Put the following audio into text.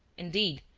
indeed,